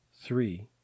three